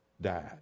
died